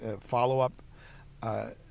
follow-up